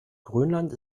grönland